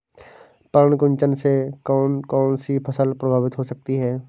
पर्ण कुंचन से कौन कौन सी फसल प्रभावित हो सकती है?